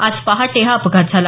आज पहाटे हा अपघात झाला